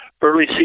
Early